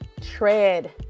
tread